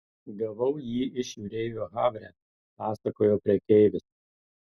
gavau jį iš jūreivio havre pasakojo prekeivis